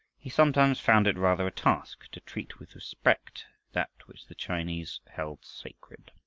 he sometimes found it rather a task to treat with respect that which the chinese held sacred.